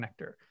connector